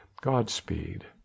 godspeed